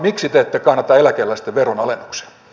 miksi te ette kannata eläkeläisten veronalennuksia